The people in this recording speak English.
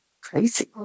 crazy